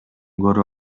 көрүп